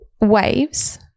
Waves